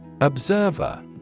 Observer